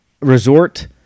resort